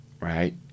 right